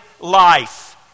life